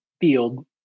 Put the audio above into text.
field